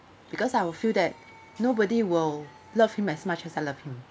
because I will feel that nobody will love him as much as I love him